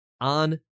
on